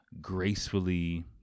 gracefully